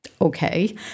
okay